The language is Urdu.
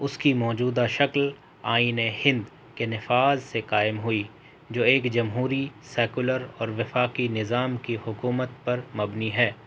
اس کی موجودہ شکل آئین ہند کے نفاذ سے قائم ہوئی جو ایک جمہوری سیکولر اور وفاقی نظام کی حکومت پر مبنی ہے